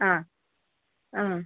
ആ ആ